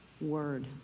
word